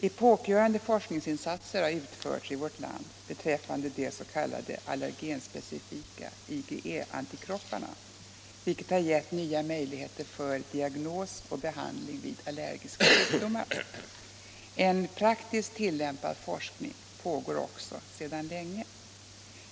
Epokgörande forskningsinsatser har utförts i vårt land beträffande de s.k. allergen specifika IgE-antikropparna, vilket har gett nya möjligheter för diagnos Nr 57 och behandling vid allergiska sjukdomar. En praktiskt tillämpad forskning pågår också sedan länge.